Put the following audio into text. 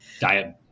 diet